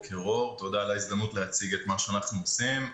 תודה על ההזדמנות להציג את מה שאנחנו עושים.